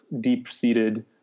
deep-seated